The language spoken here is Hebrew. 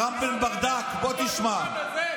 תשמע, בוא תשמע.